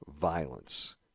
violence